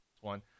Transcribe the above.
one